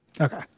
okay